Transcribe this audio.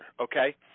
Okay